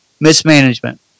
Mismanagement